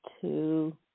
two